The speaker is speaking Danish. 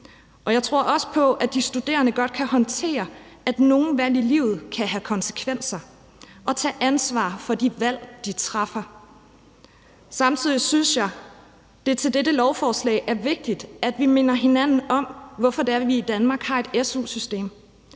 og jeg tror også på, at de studerende godt kan håndtere, at nogle valg i livet kan have konsekvenser, og tage ansvar for de valg, de træffer. Samtidig synes jeg, at det til dette lovforslag er vigtigt, at vi minder hinanden om, hvorfor det er, vi i Danmark har et su-system,